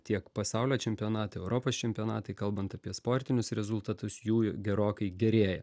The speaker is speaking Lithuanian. tiek pasaulio čempionatai europos čempionatai kalbant apie sportinius rezultatus jų gerokai gerėja